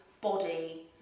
body